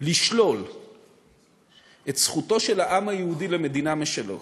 לשלול את זכותו של העם היהודי למדינה משלו